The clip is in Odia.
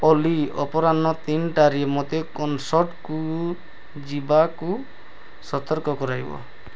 ଅଲି ଅପରାହ୍ନ ତିନିଟାରେ ମୋତେ କନ୍ସର୍ଟକୁ ଯିବାକୁ ସତର୍କ କରାଇବ